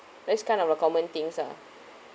that's kind of a common things ah